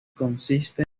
consiste